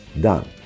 done